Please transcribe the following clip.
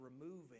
removing